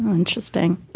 interesting